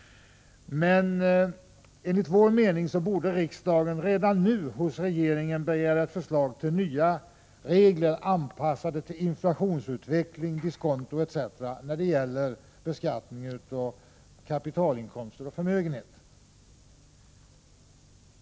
Men, enligt vår åsikt, borde riksdagen redan nu hos regeringen begära förslag till nya regler, anpassade till inflationsutveckling, diskonto m.m. när det gäller beskattning av kapitalinkomster och förmögenheter.